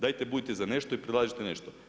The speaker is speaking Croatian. Dajte budite za nešto i predlažite nešto.